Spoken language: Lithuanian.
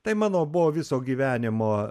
tai mano buvo viso gyvenimo